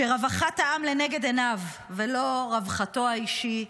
שרווחת העם לנגד עיניו ולא רווחתו האישית,